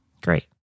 Great